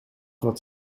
wat